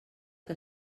que